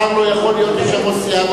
השר לא יכול להיות יושב-ראש סיעה,